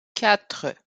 quatre